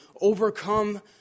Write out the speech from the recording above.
overcome